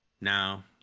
Now